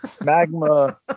magma